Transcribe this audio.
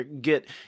get